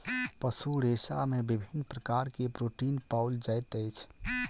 पशु रेशा में विभिन्न प्रकार के प्रोटीन पाओल जाइत अछि